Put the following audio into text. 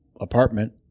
apartment